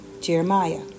Jeremiah